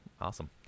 Awesome